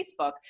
Facebook